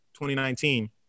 2019